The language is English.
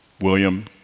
William